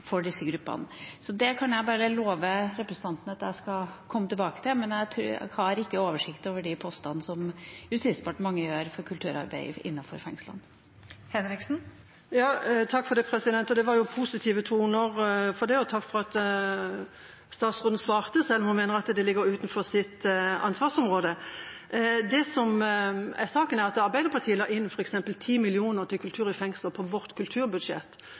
disse gruppene vist. Jeg kan bare love representanten å komme tilbake til dette, men jeg har ikke oversikt over de postene som Justisdepartementet har for kulturarbeid i fengslene. Takk for det, det var positive toner, og takk for at statsråden svarte, selv om hun mener det ligger utenfor hennes ansvarsområde. Saken er at Arbeiderpartiet la f.eks. inn 10 mill. kr til kultur i fengslene på vårt kulturbudsjett.